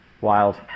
wild